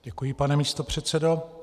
Děkuji, pane místopředsedo.